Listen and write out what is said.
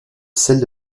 celle